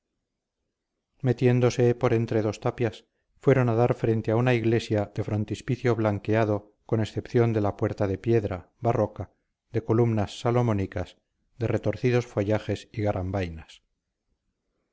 metiéndose por entre dos tapias fueron a dar frente a una iglesia de frontispicio blanqueado con excepción de la puerta de piedra barroca de columnas salomónicas de retorcidos follajes y